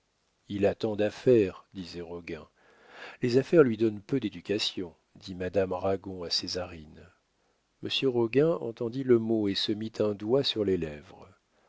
il a tant d'affaires disait roguin les affaires lui donnent peu d'éducation dit madame ragon à césarine monsieur roguin entendit le mot et se mit un doigt sur les lèvres